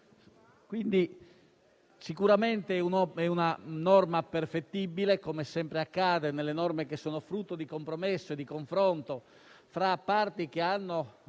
singolo. Sicuramente è una norma perfettibile, come sempre accade per le norme che sono frutto di compromesso e di confronto tra parti che hanno